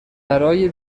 برای